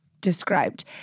described